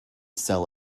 sell